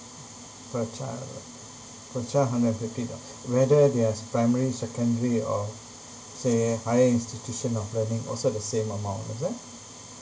per child per child hundred and fifty dol~ whether they're primary secondary or say higher institution of learning also the same amount is it